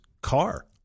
car